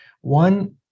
one